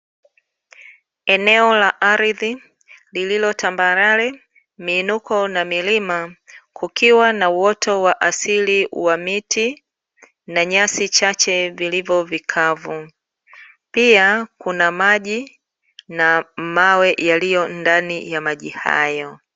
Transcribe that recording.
Eneo la ardhi lililo tambarare, miinuko na milima, kukiwa na uoto wa asili wa miti na nyasi chache, vilivovikavu. Pia kuna maji na mawe yaliyo ndani ya maji hayo.